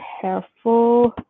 careful